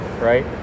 right